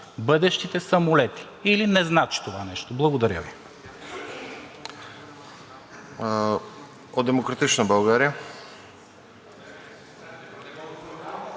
бъдещите самолети, или не значи това нещо? Благодаря Ви.